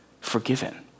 forgiven